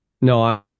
No